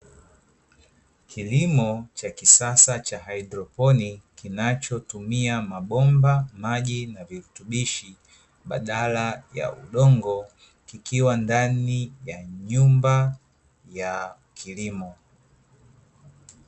Kilimo cha kisasa cha hydroponi, kinachotumia mabomba maji na virutubishi badala ya udongo, kikiwa ndani ya nyumba ya kilimo.